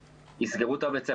האם יסגרו את בית הספר,